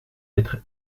être